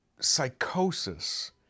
psychosis